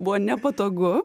buvo nepatogu